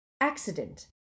Accident